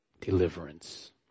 deliverance